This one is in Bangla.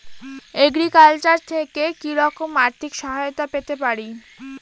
এগ্রিকালচার থেকে কি রকম আর্থিক সহায়তা পেতে পারি?